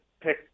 pick